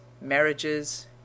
marriages